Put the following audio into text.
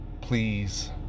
please